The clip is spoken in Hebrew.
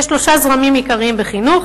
יש שלושה זרמים עיקריים בחינוך